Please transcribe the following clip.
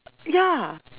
ya